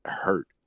hurt